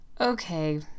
Okay